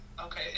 Okay